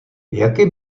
jaký